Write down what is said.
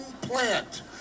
plant